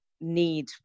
need